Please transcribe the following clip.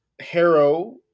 Harrow